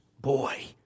boy